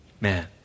Man